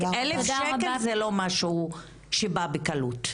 1,000 שקל זה לא משהו שבא בקלות.